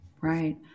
Right